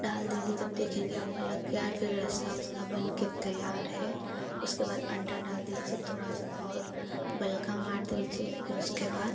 डाल देंगे जब देखेंगे आप बलक गया है फिर रसा उसका बन के तैयार है उसके बाद अंडा डाल दीजिए थोड़ा सा और बल्का मार दीजिए फिर उसके बाद